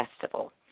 festival